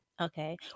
Okay